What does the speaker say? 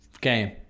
game